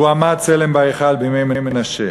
והועמד צלם בהיכל, בימי מנשה.